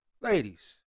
ladies